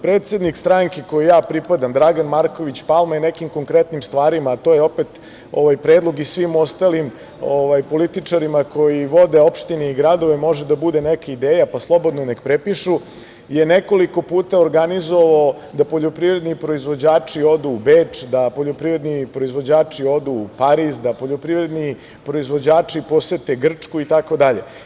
Predsednik stranke kojoj pripadam Dragan Marković Palma je nekim konkretnim stvarima, a to je opet ovaj predlog i svim ostalim političarima koji vode opštine i gradove to može da bude neka ideja, pa slobodno nek prepišu, nekoliko puta organizovao da poljoprivredni proizvođači odu u Beč, da poljoprivredni proizvođači odu u Pariz, da poljoprivredni proizvođači posete Gčku itd.